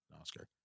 Oscar